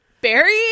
Barry